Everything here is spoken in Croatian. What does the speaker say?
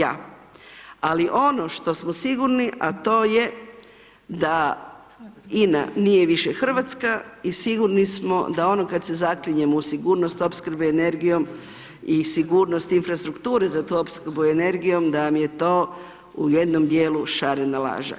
Ali ono što smo sigurni, a to je da INA nije više Hrvatska i sigurni smo da ono kada se zaklinjemo u sigurnost opskrbe i energijom i sigurnost infrastrukture, za tu opskrbom energijom da vam je to u jednom dijelu šarena laža.